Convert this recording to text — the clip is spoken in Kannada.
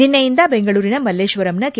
ನಿನ್ನೆಯಿಂದ ಬೆಂಗಳೂರಿನ ಮಲ್ಲೇಶ್ವರಂನ ಕೆ